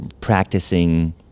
practicing